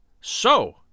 So